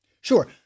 Sure